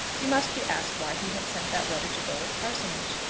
he must be asked why he had sent that letter to bowick parsonage.